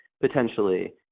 potentially